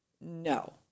No